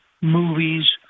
movies